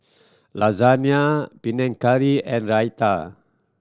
Lasagna Panang Curry and Raita